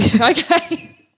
Okay